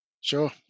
Sure